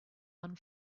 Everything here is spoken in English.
one